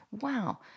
Wow